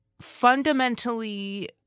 Fundamentally